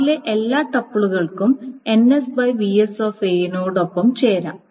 r ലെ എല്ലാ ടപ്പിളുകൾക്കും നോടൊപ്പം ചേരാം